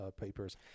papers